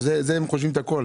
אבל הם חושבים את זה על הכול.